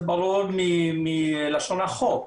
זה ברור מלשון החוק,